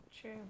true